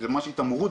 אני אזכה בהנחה,